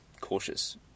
cautious